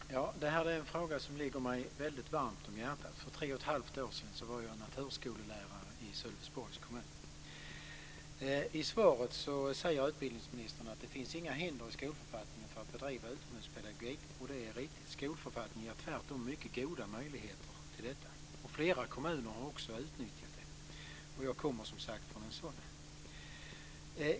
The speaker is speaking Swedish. Fru talman! Det här är en fråga som ligger mig väldigt varmt om hjärtat. För tre och ett halvt år sedan var jag naturskolelärare i Sölvesborgs kommun. I svaret säger utbildningsministern att det inte finns några hinder i skolförfattningen för att bedriva utomhuspedagogik. Det är riktigt. Skolförfattningen ger tvärtom mycket goda möjligheter till detta. Flera kommuner har också utnyttjat det, och jag kommer som sagt från en sådan.